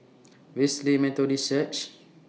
Wesley Methodist Church